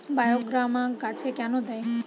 বায়োগ্রামা গাছে কেন দেয়?